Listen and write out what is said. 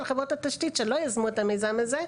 על חברות התשתית שלא יזמו את המיזם הזה.